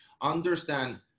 Understand